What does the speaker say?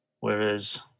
Whereas